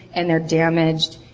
and they're damaged,